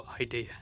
idea